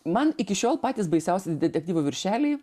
man iki šiol patys baisiausi detektyvų viršeliai